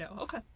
okay